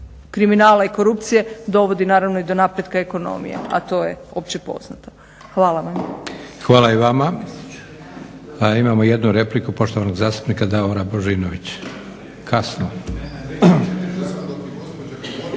kriminala i korupcije dovodi naravno i do napretka ekonomije, a to je opće poznato. Hvala vam. **Leko, Josip (SDP)** Hvala i vama. Imamo jednu repliku poštovanog zastupnika Davora Božinović. Kasno.